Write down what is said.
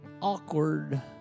Awkward